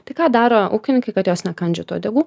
tai ką daro ūkininkai kad jos nekandžiotų uodegų